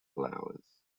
flowers